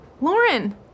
Lauren